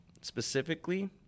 specifically